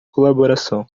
colaboração